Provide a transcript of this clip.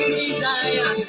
desire